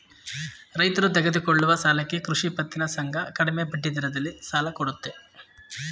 ರೈತರು ತೆಗೆದುಕೊಳ್ಳುವ ಸಾಲಕ್ಕೆ ಕೃಷಿ ಪತ್ತಿನ ಸಂಘ ಕಡಿಮೆ ಬಡ್ಡಿದರದಲ್ಲಿ ಸಾಲ ಕೊಡುತ್ತೆ